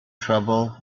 trouble